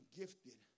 gifted